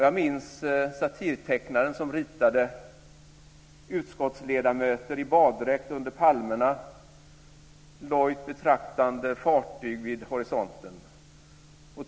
Jag minns satirtecknaren som ritade utskottsledamöter i baddräkt under palmerna, lojt betraktande fartyg vid horisonten.